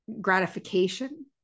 gratification